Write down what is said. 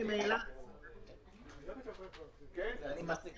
--- ממילא --- הוא לא ביקש את זה רטרואקטיבית.